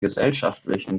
gesellschaftlichen